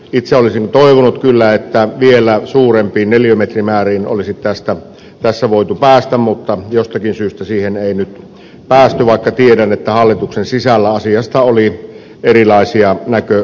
itse olisin kyllä toivonut että vielä suurempiin neliömetrimääriin olisi tässä voitu päästä mutta jostakin syystä siihen ei nyt päästy vaikka tiedän että hallituksen sisällä asiasta oli erilaisia näkökulmia